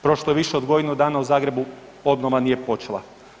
Prošlo je više od godinu dana u Zagrebu obnova nije počela.